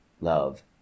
love